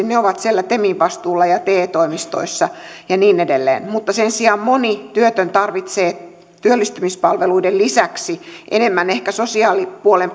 ne ovat siellä temin vastuulla ja te toimistoissa ja niin edelleen mutta sen sijaan moni työtön tarvitsee työllistymispalveluiden lisäksi enemmän ehkä sosiaalipuolen